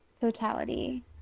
totality